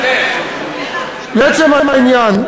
לעצם העניין: